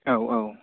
औ औ